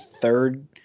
third